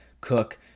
Cook